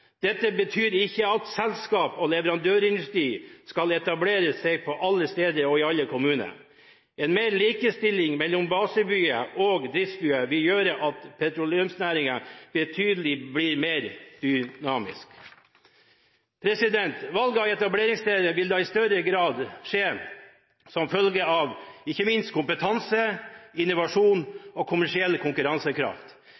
Dette betyr ikke at selskaper og leverandørindustri skal etablere seg på alle steder og i alle kommuner. Mer likestilling mellom basebyer og driftsbyer vil gjøre hele petroleumsnæringen betydelig mer dynamisk. Valg av etableringssteder vil da i større grad skje som følge av ikke minst kompetanse,